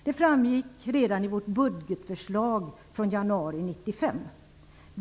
Detta framgick redan i vårt budgetförslag från januari 1995.